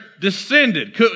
descended